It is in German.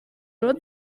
nur